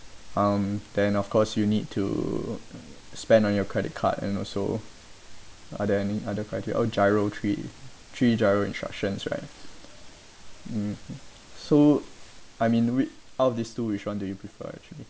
um then of course you need to spend on your credit card and also are there any other credit oh giro three three giro instructions right mmhmm so I mean whi~ out of these two which one do you prefer actually